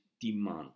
demand